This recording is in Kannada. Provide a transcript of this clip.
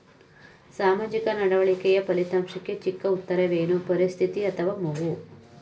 ಸಾಮಾಜಿಕ ನಡವಳಿಕೆಯ ಫಲಿತಾಂಶಕ್ಕೆ ಚಿಕ್ಕ ಉತ್ತರವೇನು? ಪರಿಸ್ಥಿತಿ ಅಥವಾ ಮಗು?